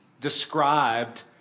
described